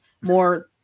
More